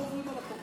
לא עוברים על החוק.